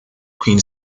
queen